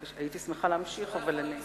הייתי שמחה להמשיך, אבל אני,